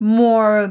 more